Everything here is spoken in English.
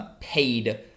paid